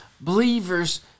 Believers